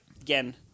Again